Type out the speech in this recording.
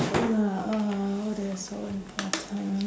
what is so important